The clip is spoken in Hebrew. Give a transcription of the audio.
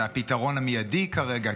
זה הפתרון המיידי כרגע,